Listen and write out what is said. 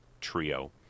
trio